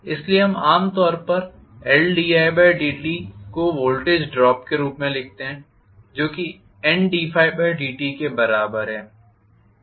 इसीलिए हम आम तौर पर को वोल्टेज ड्रॉप के रूप में लिखते हैं जो कि Nddtके बराबर है